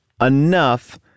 enough